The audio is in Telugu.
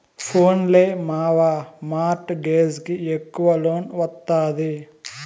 పోన్లే మావా, మార్ట్ గేజ్ కి ఎక్కవ లోన్ ఒస్తాది